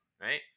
right